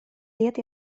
лет